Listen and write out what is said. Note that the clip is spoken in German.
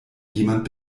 jemand